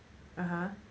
(uh huh)